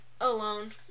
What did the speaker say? Alone